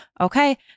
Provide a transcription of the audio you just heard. Okay